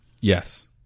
Yes